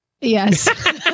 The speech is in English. Yes